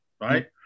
right